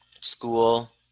school